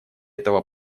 этого